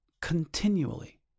continually